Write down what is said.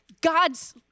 God's